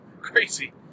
Crazy